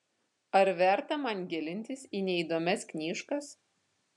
ar verta man gilintis į neįdomias knyžkas